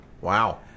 Wow